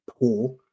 poor